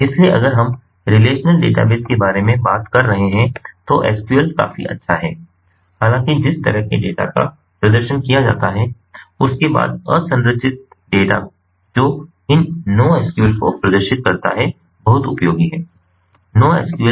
इसलिए अगर हम रिलेशनल डेटाबेस के बारे में बात कर रहे हैं तो SQL काफी अच्छा है हालाँकि जिस तरह के डेटा का प्रदर्शन किया जाता है उसके बाद असंरचित डेटा जो इन NoSQL को प्रदर्शित करता है बहुत उपयोगी है